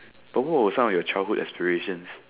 but what was some of your childhood aspirations